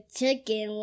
chicken